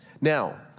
Now